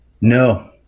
No